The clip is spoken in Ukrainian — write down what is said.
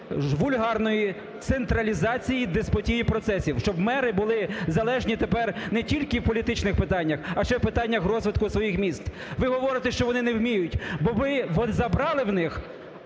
вульгарної централізації деспотії процесів, щоб мери були залежні тепер не тільки в політичних питаннях, а ще й в питаннях розвитку своїх міст. Ви говорите, що вони не вміють, бо ми забрали в них